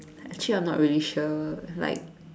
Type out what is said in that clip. actually I am not really sure like